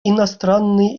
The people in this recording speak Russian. иностранные